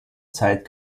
zeit